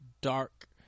dark